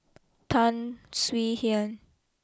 Tan Swie Hian